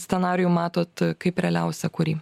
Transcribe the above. scenarijų matot kaip realiausią kurį